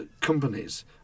companies